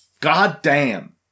goddamn